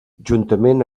juntament